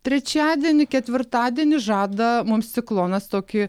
trečiadienį ketvirtadienį žada mums ciklonas tokį